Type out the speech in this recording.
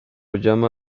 llama